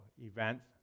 events